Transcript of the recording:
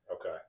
Okay